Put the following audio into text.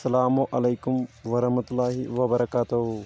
سلام علیکم ورحمۃ اللہ وبرکاتہو